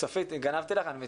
איך